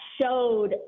showed